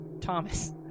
Thomas